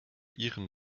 ihren